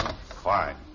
Fine